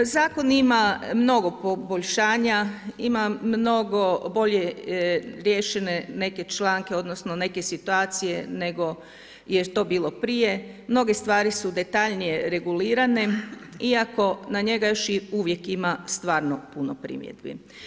Zakon ima mnogo poboljšanja, ima mnogo bolje riješene neke članke, odnosno neke situacije nego je to bilo prije, mnoge stvari su detaljnije regulirane iako na njega još i uvijek ima stvarno puno primjedbi.